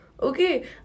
Okay